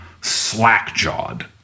slack-jawed